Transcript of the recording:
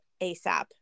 ASAP